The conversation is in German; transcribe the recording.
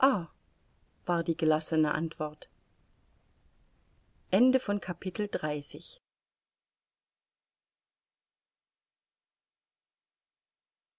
war die gelassene antwort